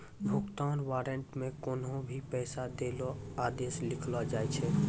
भुगतान वारन्ट मे कोन्हो भी पैसा दै लेली आदेश लिखलो जाय छै